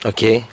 Okay